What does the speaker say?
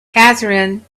catherine